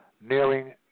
nearing